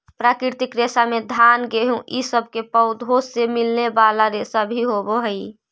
प्राकृतिक रेशा में घान गेहूँ इ सब के पौधों से मिलने वाले रेशा भी होवेऽ हई